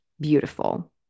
beautiful